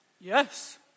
Yes